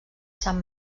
sant